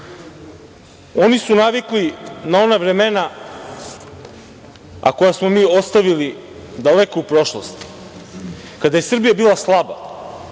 su navikli na ona vremena, a koja smo mi ostavili daleko u prošlosti kada je Srbija bila slaba,